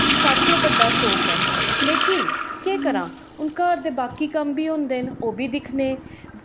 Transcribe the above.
सारें कोला दा बड्डा शौंक ऐ लेकिन केह् करां घर दे बाकी कम्म बी होंदे न ओह् बी दिक्खने